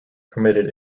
permitted